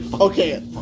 Okay